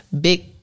Big